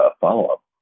follow-up